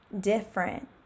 different